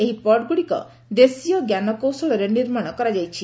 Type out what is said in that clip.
ସେହି ପଡ୍ଗୁଡ଼ିକ ଦେଶୀୟ ଜ୍ଞାନକୌଶଳରେ ନିର୍ମାଣ କରାଯାଇଛି